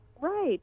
Right